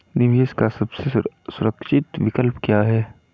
निवेश का सबसे सुरक्षित विकल्प क्या है?